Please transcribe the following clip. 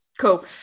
cool